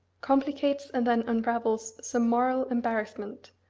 complicates and then unravels some moral embarrassment,